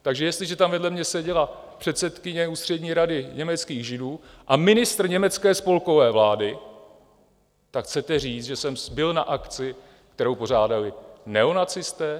Takže jestliže tam vedle mě seděla předsedkyně Ústřední rady německých Židů a ministr německé spolkové vlády, tak chcete říct, že jsem byl na akci, kterou pořádali neonacisté nebo nacisté?